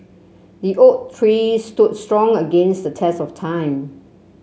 the oak tree stood strong against the test of time